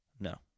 No